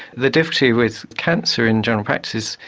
the difficulty with cancer in general practice,